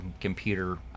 computer